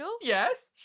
yes